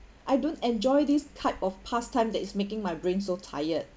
I don't enjoy this type of pastime that is making my brain so tired